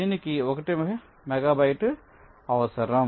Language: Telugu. దీనికి 1 మెగాబైట్ అవసరం